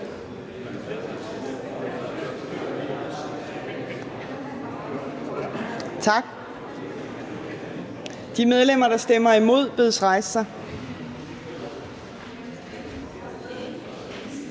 Tak. De medlemmer, der stemmer imod, bedes rejse sig.